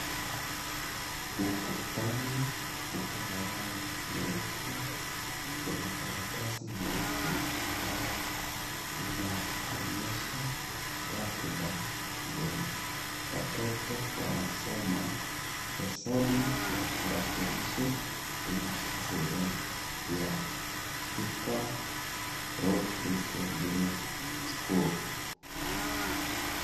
Ukutani uko na rangi nyeupe kuna karatasi nyeupe ambayo inaonyesha ratiba venye watoto wanasoma lesoni ya talakilishi humu shuleni ya Thika road chiristian school.